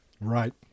Right